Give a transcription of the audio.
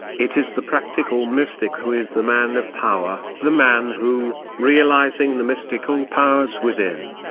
it is the practical mystic who is the man of power the man who, realising the mystical powers within,